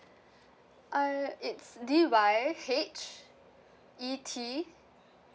I it's D Y H E T